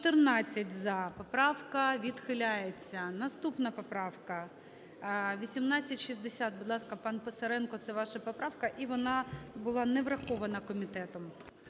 За-14 Поправка відхиляється. Наступна поправка 1860. Будь ласка, пан Писаренко, це ваша поправка. І вона була не врахована комітетом.